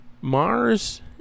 Mars